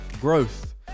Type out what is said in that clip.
Growth